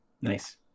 nice